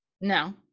No